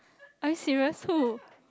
I serious who